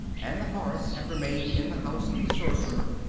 and the horse had remained in the house of the sorcerer,